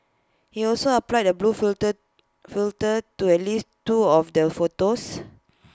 he also applied A blue filter filter to at least two of their photos